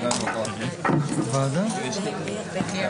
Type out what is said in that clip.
באייר תשפ"ג,